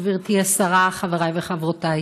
גברתי השרה, חבריי וחברותיי,